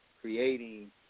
creating